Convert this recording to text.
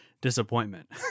disappointment